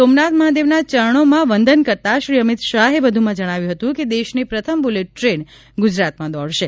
સોમનાથ મહાદેવના ચરણોમાં વંદન કરતા શ્રી અમીત શાહે વધુમાં જણાવ્યું હતું કે દેશની પ્રથમ બુલેટ ટ્રેન ગુજરાતમાં દોડશે